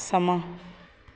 ਸਮਾਂ